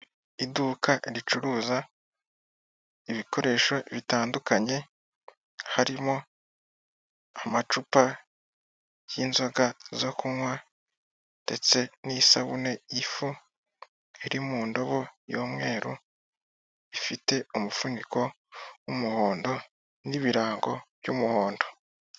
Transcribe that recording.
Iduka ricuruza ibikoresho bitandukanye, harimo amacupa y'inzoga zo kunywa ndetse n'isabune y'ifu, iri mu ndobo y'umweru, ifite umufuniko w'umuhondo n'ibirango by'umuhondo.